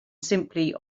simply